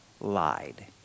lied